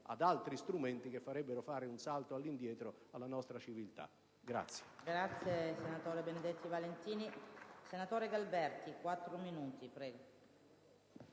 ad altri strumenti che farebbero fare un salto all'indietro alla nostra civiltà.